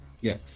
Yes